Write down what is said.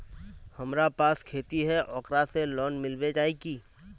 हमरा पास खेती है ओकरा से लोन मिलबे जाए की?